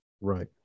Right